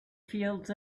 fields